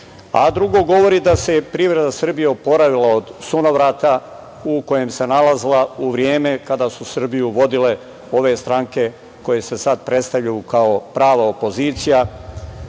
a drugo govori da se privreda Srbije oporavila od sunovrata u kojem se nalazila u vreme kada su Srbiju vodile ove stranke koje se sad predstavljaju kao prava opozicija,